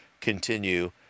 continue